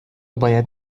باید